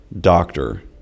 doctor